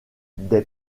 des